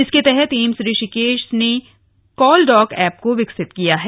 इसके तहत एम्स ऋषिकेश ने कॉलडॉक ऐप को विकसित किया है